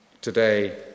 today